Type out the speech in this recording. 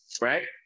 right